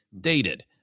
dated